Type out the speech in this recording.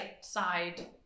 side